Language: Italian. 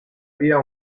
via